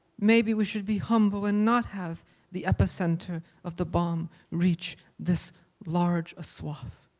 maybe we should be humble and not have the epicenter of the bomb reach this large a swath.